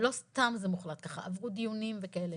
ולא סתם זה מוחלט ככה, עברו דיונים וכאלה.